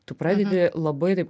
tu pradedi labai taip